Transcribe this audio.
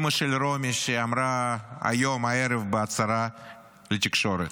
אימא של רומי, שאמרה הערב בהצהרה לתקשורת: